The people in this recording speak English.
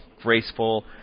graceful